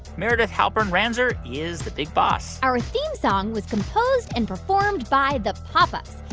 meredith halpern-ranzer is the big boss our theme song was composed and performed by the pop ups.